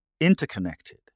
interconnected